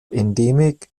endemic